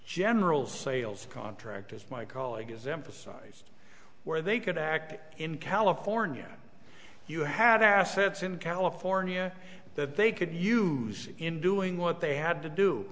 general sales contract as my colleague example size where they could act in california you had assets in california that they could use in doing what they had to do